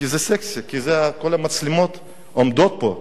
כי זה סקסי, כי כל המצלמות עומדות פה.